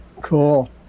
Cool